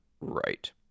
Right